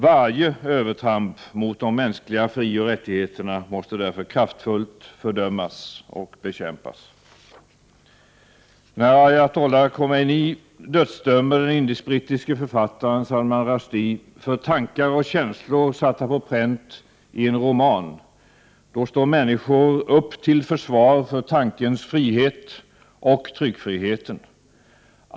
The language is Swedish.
Varje övertramp när det gäller de mänskliga rättigheterna måste därför kraftfullt fördömas och bekämpas. När ayatolla Khomeini dödsdömer den indisk-brittiske författaren Salman Rushdie för tankar och känslor satta på pränt i en roman, står människor upp till försvar för tankens frihet och tryckfriheten.